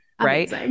Right